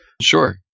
Sure